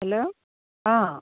hello অ'